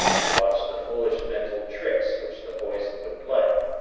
to watch the foolish mental tricks which the poison would play.